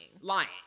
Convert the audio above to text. Lying